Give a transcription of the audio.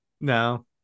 no